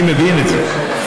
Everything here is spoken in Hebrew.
אני מבין את זה.